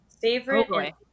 favorite